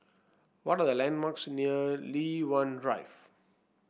what are the landmarks near Li Hwan Drive